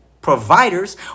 providers